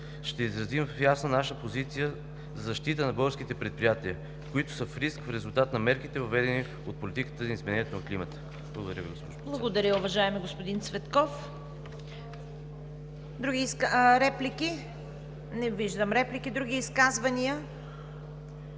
ще изразим в ясна наша позиция защитата на българските предприятия, които са в риск в резултат на мерките, въведени от политиката за изменението на климата. Благодаря, госпожо Председател.